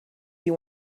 you